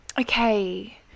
Okay